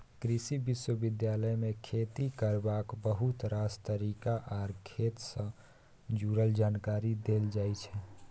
कृषि विश्वविद्यालय मे खेती करबाक बहुत रास तरीका आर खेत सँ जुरल जानकारी देल जाइ छै